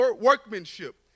workmanship